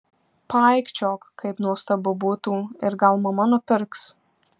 paaikčiok kaip nuostabu būtų ir gal mama nupirks